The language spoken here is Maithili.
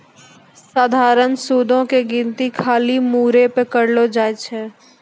सधारण सूदो के गिनती खाली मूरे पे करलो जाय छै